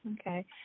okay